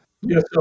Yes